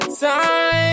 time